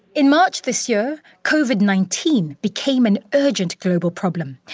in march this year, covid nineteen became an urgent global problem.